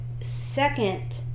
second